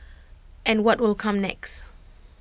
and what will come next